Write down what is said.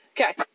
Okay